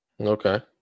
Okay